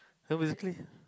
no basically